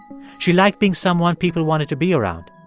she liked being someone people wanted to be around.